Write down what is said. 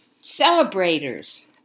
celebrators